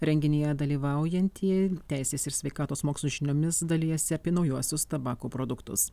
renginyje dalyvaujantie teisės ir sveikatos mokslų žiniomis dalijasi apie naujuosius tabako produktus